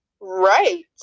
Right